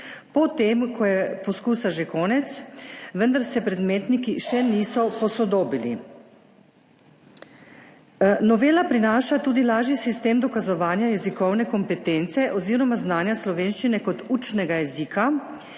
po tem, ko je poskusa že konec, vendar se predmetniki še niso posodobili. Novela prinaša tudi lažji sistem dokazovanja jezikovne kompetence oziroma znanja slovenščine kot učnega jezika,